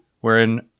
wherein